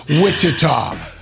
Wichita